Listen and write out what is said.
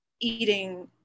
eating